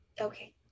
okay